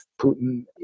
Putin